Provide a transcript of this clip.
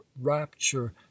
rapture